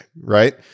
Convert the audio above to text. right